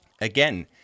Again